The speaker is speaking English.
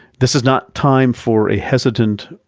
this is not time for a hesitant,